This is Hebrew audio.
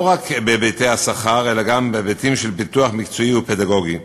לא רק בהיבטי השכר אלא גם בהיבטים של פיתוח מקצועי ופדגוגי.